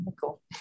Cool